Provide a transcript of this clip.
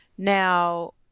Now